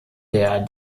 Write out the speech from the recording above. der